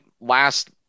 last